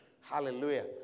Hallelujah